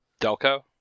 Delco